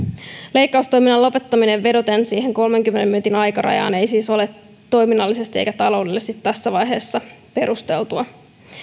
leikkaustoiminnan lopettaminen vedoten siihen kolmenkymmenen minuutin aikarajaan ei siis ole toiminnallisesti eikä taloudellisesti tässä vaiheessa perusteltua